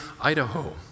Idaho